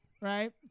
right